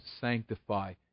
sanctify